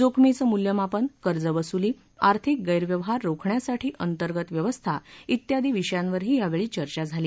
जोखमीचं मूल्यमापन कर्जवसूली आर्थिक गैरव्यवहार रोखण्यासाठी अंतर्गत व्यवस्था वियादी विषयांवरही यावेळी चर्चा झाली